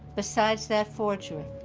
besides that forgery.